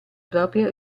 propria